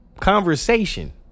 conversation